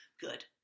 good